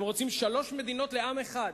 הם רוצים שלוש מדינות לעם אחד,